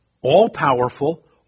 all-powerful